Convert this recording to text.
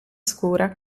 scura